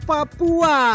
Papua